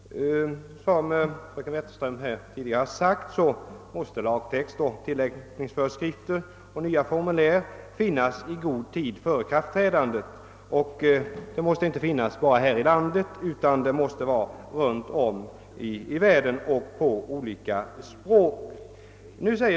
Som fröken Wetterström har sagt måste lagtext, tilllämpningsföreskrifter och nya formulär finnas i god tid före ikraftträdandet inte bara här i landet utan runt om i världen och på olika språk.